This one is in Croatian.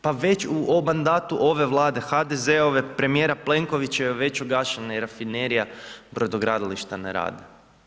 Pa već u mandatu ove vlade, HDZ-ove, premjera Plenkovićeve, već je objašnjenja i rafinerija, brodogradilišta ne rade.